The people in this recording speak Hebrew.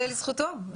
ייאמר לזכותו.